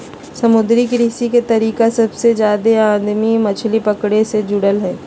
समुद्री कृषि के तरीके सबसे जादे आदमी मछली पकड़े मे जुड़ल हइ